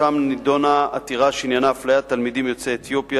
שם נדונה עתירה שעניינה אפליית תלמידים יוצאי אתיופיה,